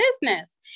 business